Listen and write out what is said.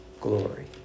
glory